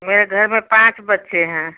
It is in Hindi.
मेरे घर में पाँच बच्चे हैं